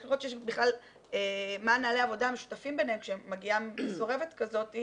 צריך לראות מה נהלי העבודה המשותפים ביניהם כשמגיעה מסורבת כזאת,